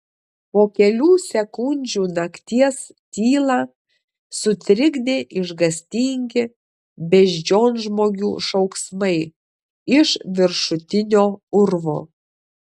po kelių sekundžių nakties tylą sutrikdė išgąstingi beždžionžmogių šauksmai iš viršutinio urvo